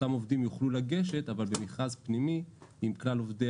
אותם עובדים יוכלו לגשת אבל במכרז פנימי עם כלל עובדי